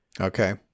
Okay